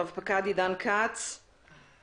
רב פקד עידן כץ איתנו?